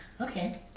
okay